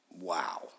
wow